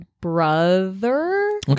brother